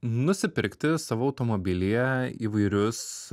nusipirkti savo automobilyje įvairius